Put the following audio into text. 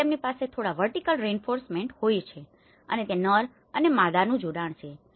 તેથી તેમની પાસે થોડા વર્ટીકલ રેઇનફોર્સમેન્ટ હોઈ છે અને ત્યાં નર અને માદાનું જોડાણ છે